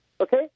Okay